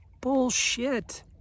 Bullshit